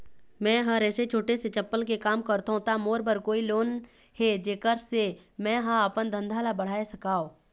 मैं हर ऐसे छोटे से चप्पल के काम करथों ता मोर बर कोई लोन हे जेकर से मैं हा अपन धंधा ला बढ़ा सकाओ?